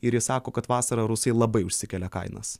ir jis sako kad vasarą rusai labai užsikelia kainas